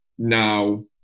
now